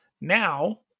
Now